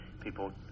people